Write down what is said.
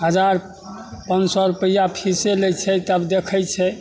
हजार पाँच सओ रुपैआ फीसे लै छै तब देखै छै